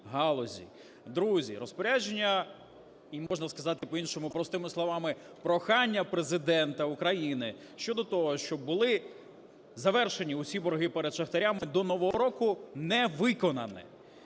Друзі, розпорядження і, можна сказати по-іншому, простими словами, прохання Президента України щодо того, щоб були завершені усі борги перед шахтарями до нового року, не виконано.